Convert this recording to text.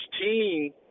team